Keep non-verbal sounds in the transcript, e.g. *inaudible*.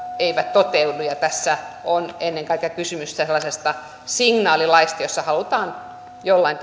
eivät toteudu ja tässä on ennen kaikkea kysymys sellaisesta signaalilaista jolla halutaan jollain *unintelligible*